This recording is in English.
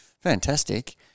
fantastic